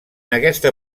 aquesta